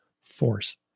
force